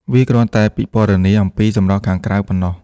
វាគ្រាន់តែពិពណ៌នាអំពីសម្រស់ខាងក្រៅប៉ុណ្ណោះ។